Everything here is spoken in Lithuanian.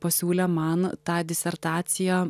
pasiūlė man tą disertaciją